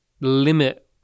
limit